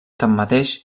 tanmateix